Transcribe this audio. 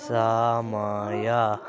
ସମୟ